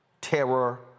terror